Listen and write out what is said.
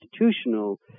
institutional